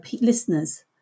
listeners